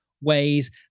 ways